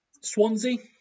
Swansea